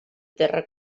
terra